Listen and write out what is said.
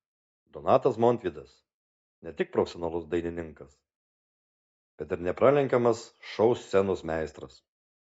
donatas montvydas ne tik profesionalus dainininkas bet ir nepralenkiamas šou scenos meistras